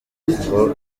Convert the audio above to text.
ngo